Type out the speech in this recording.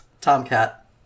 tomcat